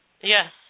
Yes